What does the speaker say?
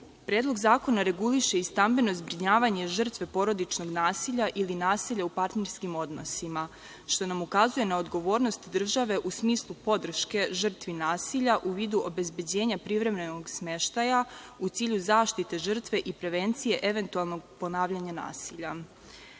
lica. Predlog zakona reguliše i stambeno zbrinjavanje žrtve porodičnog nasilja ili nasilja u partnerskim odnosima, što nam ukazuje na odgovornost države u smislu podrške žrtvi nasilja, u vidu obezbeđenja privremenog smeštaja, u cilju zaštite žrtve i prevencije eventualnog ponavljanja